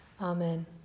Amen